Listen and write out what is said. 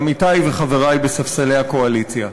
עמיתי וחברי בספסלי הקואליציה.